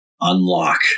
unlock